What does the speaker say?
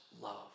love